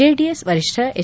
JDS ವರಿಷ್ಠ ಹೆಚ್